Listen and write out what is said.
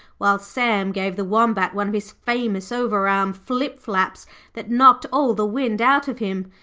while sam gave the wombat one of his famous over-arm flip flaps that knocked all the wind out of him.